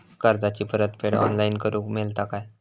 कर्जाची परत फेड ऑनलाइन करूक मेलता काय?